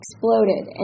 Exploded